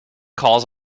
calls